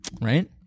right